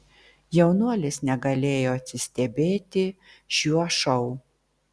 jaunuolis negalėjo atsistebėti šiuo šou